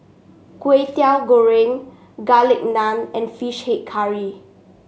Kway Teow Goreng Garlic Naan and fish head curry